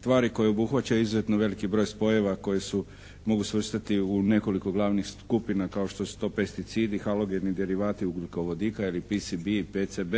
tvari koje obuhvaćaju izuzetno veliki broj spojeva koji se mogu svrstati u nekoliko glavnih skupina kao što su to pesticidi, halogeni derivati ugljikovodika ili PCB,